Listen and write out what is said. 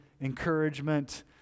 encouragement